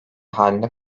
halinde